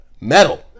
metal